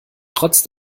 trotz